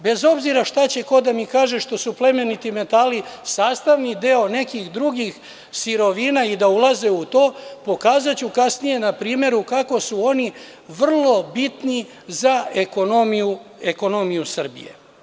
Bez obzira šta će ko da mi kaže što su plemeniti metali sastavni deo nekih drugih sirovina i da ulaze u to pokazaću kasnije na primeru kako su oni vrlo bitni za ekonomiju Srbije.